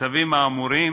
הצווים האמורים